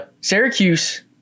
Syracuse